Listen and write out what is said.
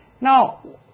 Now